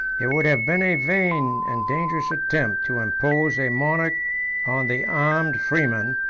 it would have been a vain and dangerous attempt to impose a monarch on the armed freemen,